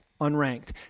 unranked